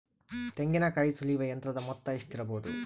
ತೆಂಗಿನಕಾಯಿ ಸುಲಿಯುವ ಯಂತ್ರದ ಮೊತ್ತ ಎಷ್ಟಿರಬಹುದು?